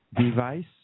device